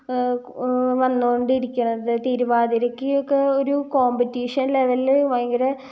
വന്നോണ്ടിരിക്കുന്നത് തിരുവാതിരക്ക് ഒക്കെ ഒരു കോംപറ്റീഷൻ ലെവല് ഭയങ്കര